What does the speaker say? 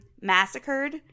massacred